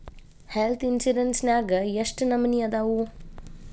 Health insurance ನ್ಯಾಗ್ ಯೆಷ್ಟ್ ನಮನಿ ಅದಾವು?